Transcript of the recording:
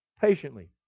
patiently